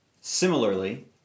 Similarly